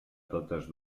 totes